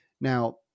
Now